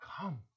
come